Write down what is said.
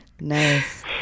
Nice